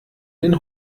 den